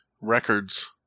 records